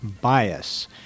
bias